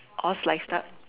all sliced up